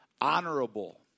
honorable